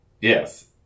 Yes